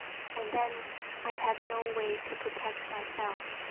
and then i'd have no way to protect myself.